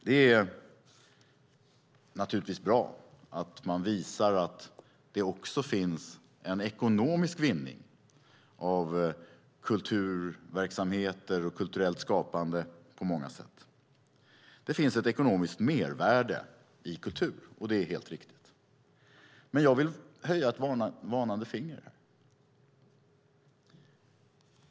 Det är naturligtvis bra att man visar att det också finns ekonomisk vinning av kulturverksamheter och kulturellt skapande på många sätt. Det finns ett ekonomiskt mervärde i kultur - det är helt riktigt. Men jag vill höja ett varnande finger.